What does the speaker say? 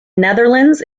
netherlands